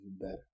better